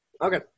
okay